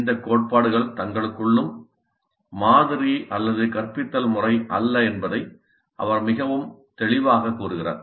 இந்த கோட்பாடுகள் தங்களுக்குள்ளும் மாதிரி அல்லது கற்பித்தல் முறை அல்ல என்பதை அவர் மிகவும் தெளிவாகக் கூறுகிறார்